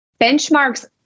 benchmarks